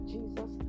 Jesus